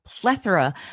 plethora